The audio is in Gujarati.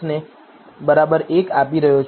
names 1 આપી રહ્યો છું